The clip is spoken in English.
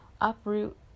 uproot